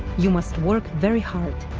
you must work very hard,